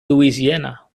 louisiana